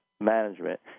management